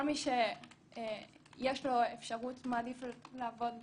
כל מי שיש לו אפשרות מעדיף לעבוד בחו"ל.